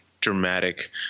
dramatic